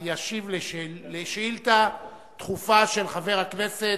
השר ישיב על שאילתא דחופה של חבר הכנסת,